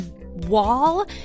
wall